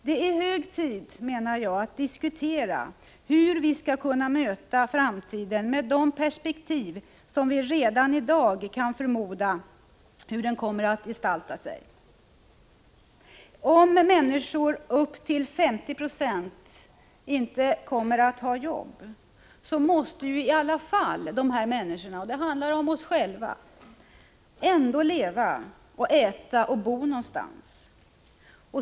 Jag menar att det är hög tid att vi diskuterar hur vi skall kunna möta framtiden. Med de perspektiv som vi redan i dag har kan vi förmoda hur framtiden kommer att gestalta sig. Om 50 96 av människorna inte kommer att ha jobb måste dessa människor, dvs. vi själva, ändå leva, äta och bo någonstans.